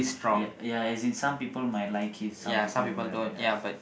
ya ya as in some people might like it some people wouldn't ya